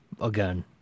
Again